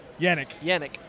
Yannick